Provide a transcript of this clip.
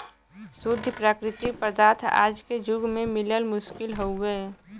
शुद्ध प्राकृतिक पदार्थ आज के जुग में मिलल मुश्किल हउवे